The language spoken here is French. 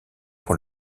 pour